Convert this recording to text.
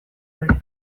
ere